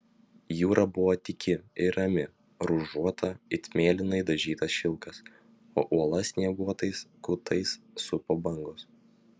jūra buvo tyki ir rami ruožuota it mėlynai dažytas šilkas o uolas snieguotais kutais supo bangos